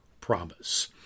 promise